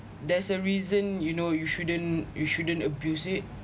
there's a reason you know you shouldn't you shouldn't abuse it